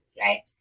right